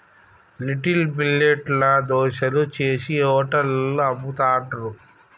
little millet ల దోశలు చేశి హోటళ్లలో అమ్ముతాండ్రు